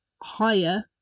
higher